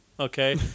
Okay